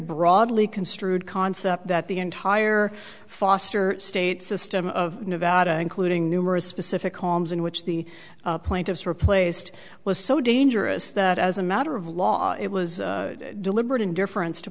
broadly construed concept that the entire foster state system of nevada including numerous specific homes in which the plaintiffs were placed was so dangerous that as a matter of law it was deliberate indifference to